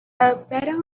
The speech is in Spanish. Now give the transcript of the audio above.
adoptaron